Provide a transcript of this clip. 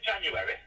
January